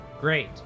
great